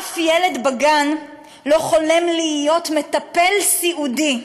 אף ילד בגן לא חולם להיות מטפל סיעודי.